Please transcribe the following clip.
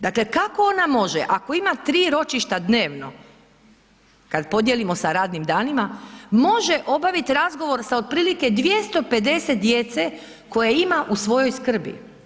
Dakle, kako ona može ako ima 3 ročišta dnevno, kad podijelimo sa radnim danima, može obavit razgovor sa otprilike 250 djece koje ima u svojoj skrbi.